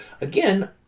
again